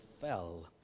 fell